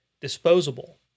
disposable